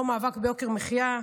לא מאבק ביוקר מחיה,